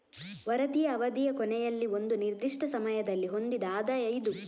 ವರದಿಯ ಅವಧಿಯ ಕೊನೆಯಲ್ಲಿ ಒಂದು ನಿರ್ದಿಷ್ಟ ಸಮಯದಲ್ಲಿ ಹೊಂದಿದ ಆದಾಯ ಇದು